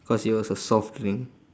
because it was soft drink